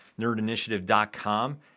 nerdinitiative.com